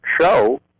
show